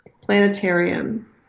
Planetarium